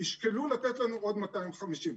ישקלו לתת לנו עוד 250 מיליון.